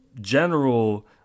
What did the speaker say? general